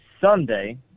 Sunday